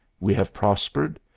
we have prospered,